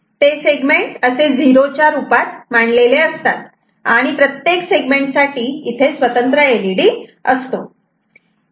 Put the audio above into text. ते सेगमेंट असे झिरो च्या रूपात मांडलेले असतात आणि प्रत्येक सेगमेंट साठी स्वतंत्र एलईडी इथे असतो